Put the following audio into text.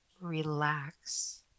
relax